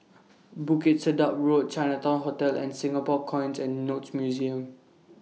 Bukit Sedap Road Chinatown Hotel and Singapore Coins and Notes Museum